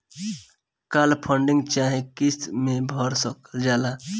काल funding चाहे किस्त मे भर सकल जाला